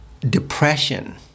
Depression